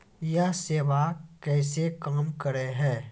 यह सेवा कैसे काम करै है?